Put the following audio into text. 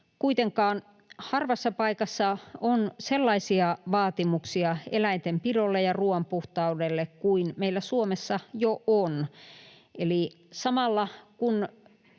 Kuitenkaan harvassa paikassa on sellaisia vaatimuksia eläintenpidolle ja ruoan puhtaudelle kuin meillä Suomessa jo on,